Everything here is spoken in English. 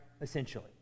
Essentially